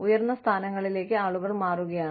ഉയർന്ന സ്ഥാനങ്ങളിലേക്ക് ആളുകൾ മാറുകയാണ്